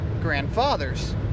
grandfathers